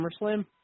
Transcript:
SummerSlam